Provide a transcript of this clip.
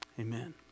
Amen